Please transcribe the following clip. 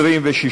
(החלת האיסור על משלוח פרסומת לשם קבלת תרומות או לתעמולה),